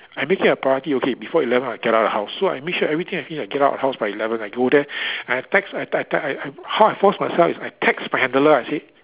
I make it a priority okay before eleven I get out of the house so I make sure everything I see I get out of house by eleven I go there I text I t~ t~ I how I force myself is I text my handler I say